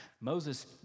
Moses